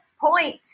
point